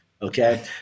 Okay